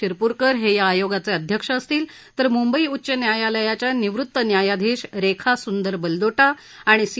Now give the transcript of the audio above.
शिरपूरकर हे या आगोयाचे अध्यक्ष असतील तर म्ंबई उच्च न्यायालयाच्या निवृत न्यायाधीश रेखा सुंदर बलदोटा आणि सी